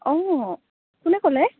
অঁ কোনে ক'লে